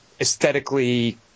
aesthetically